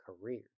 career